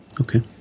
Okay